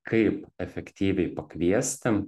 kaip efektyviai pakviesti